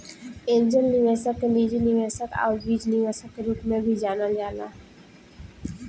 angel निवेशक के निजी निवेशक आउर बीज निवेशक के रूप में भी जानल जाला